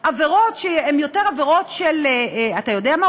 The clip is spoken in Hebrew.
עבירות שהן יותר עבירות של, אתה יודע מה?